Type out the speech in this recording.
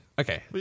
Okay